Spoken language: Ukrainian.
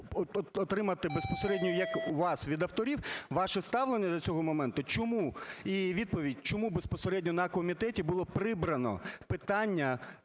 отримати безпосередньо як вас, від авторів, ваше ставлення до цього моменту – чому? І відповідь, чому безпосередньо на комітеті було прибрано питання